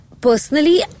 personally